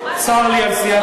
צר לי על סיעת מרצ,